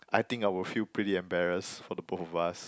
I think I will feel pretty embarrassed for the both of us